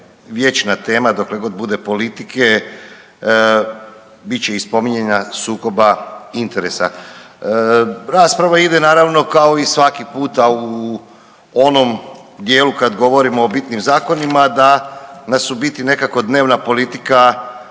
vječna tema dokle god bude politike bit će i spominjanja sukoba interesa. Rasprava ide naravno kao i svaki puta u onom dijelu kad govorimo o bitnim zakonima da nas u biti nekako dnevna politika